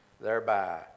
thereby